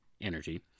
energy